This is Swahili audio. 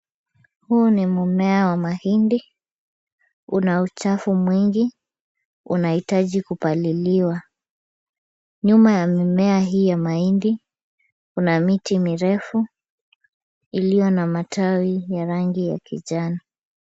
Huu ni mmea wa mahindi, una uchafu mwingi, unahitaji kupaliliwa. Nyuma ya mimea hii ya mahindi, kuna miti mirefu iliyo na matawi ya rangi ya kijani.